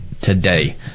today